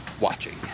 watching